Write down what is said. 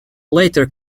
later